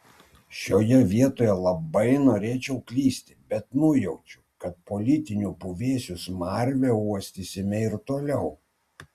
šioje vietoje labai norėčiau klysti bet nujaučiu kad politinių puvėsių smarvę uostysime ir toliau